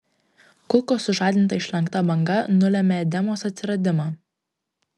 kulkos sužadinta išlenkta banga nulėmė edemos atsiradimą